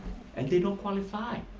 and they don't qualify.